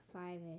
five